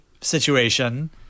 situation